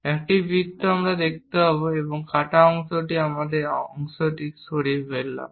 একটি বৃত্ত আমরা দেখতে পাব এবং কাটা অংশটি আমরা অংশটি সরিয়ে ফেললাম